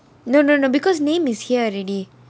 no no no because name is here already